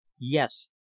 Yes